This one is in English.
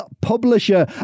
Publisher